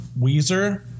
Weezer